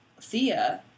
Thea